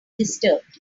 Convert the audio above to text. disturbed